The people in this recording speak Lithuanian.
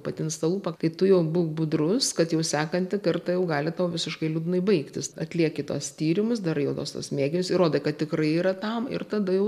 patinsta lūpa kai tu jau būk budrus kad jau sekantį kartą jau gali tau visiškai liūdnai baigtis atlieki tuos tyrimus darai odos tuos mėginius ir rodo kad tikrai yra tam ir tada jau